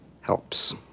helps